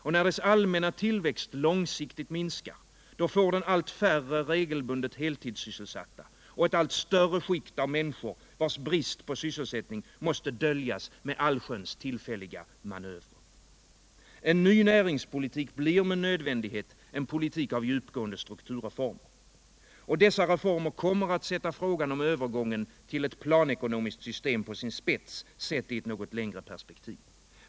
Och när dess allmänna tillväxt långsiktigt riinskar, då får den allt färre regelbundet heltidssysselsatta och ett allt större skikt av människor, vars brist på sysselsättning måste döljas med allsköns ullrälliga manövrer. En ny näringspolitik blir med nödvändighet en politik av djupgående strukturreformer. Dessa reformer kommer att sätta frågan om övergången till ett planekor omiskt system på sin spets, sett i ett något längre perspektiv.